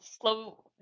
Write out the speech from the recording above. slow